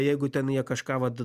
jeigu ten jie kažką vat